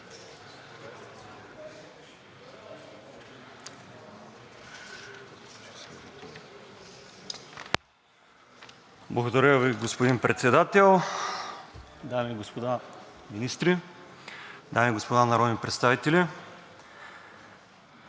господин Министър-председател, дами и господа министри, дами и господа народни представители!